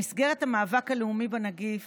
במסגרת המאבק הלאומי בנגיף